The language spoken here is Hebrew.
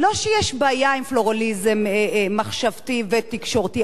לא שיש בעיה עם פלורליזם מחשבתי ותקשורתי.